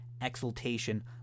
exultation